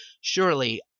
surely